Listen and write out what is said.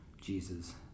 Jesus